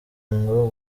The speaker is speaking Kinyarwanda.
nko